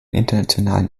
internationalen